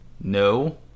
no